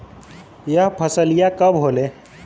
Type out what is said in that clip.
यह फसलिया कब होले?